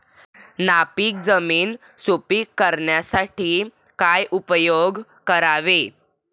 नापीक जमीन सुपीक करण्यासाठी काय उपयोग करावे?